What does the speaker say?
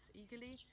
eagerly